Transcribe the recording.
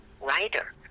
writer